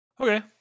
Okay